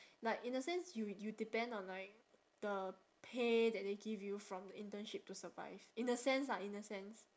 like in a sense you you depend on like the pay that they give you from the internship to survive in a sense lah in a sense